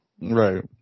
right